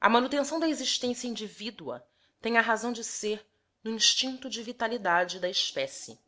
a manutenção da existência indivídua tem a razão de ser no instinto de vitalidade da espécie